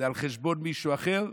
זה על חשבון מישהו אחר?